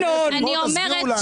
תסבירו לנו.